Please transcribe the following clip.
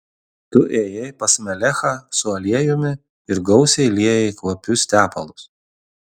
tu ėjai pas melechą su aliejumi ir gausiai liejai kvapius tepalus